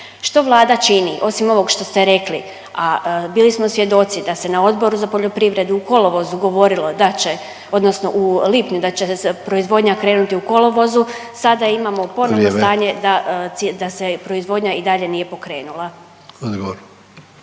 Što vlada čini osim ovog što ste rekli, a bili smo svjedoci da se na Odboru za poljoprivredu u kolovozu govorilo da će odnosno u lipnju da će proizvodnja krenuti u kolovozu, sada imamo ponovno stanje da se proizvodnja i dalje nije pokrenula?